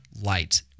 light